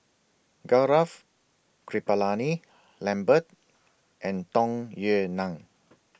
Gaurav Kripalani Lambert and Tung Yue Nang